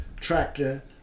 tractor